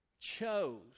chose